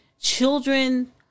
children